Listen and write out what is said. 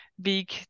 Big